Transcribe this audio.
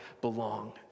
belong